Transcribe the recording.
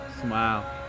smile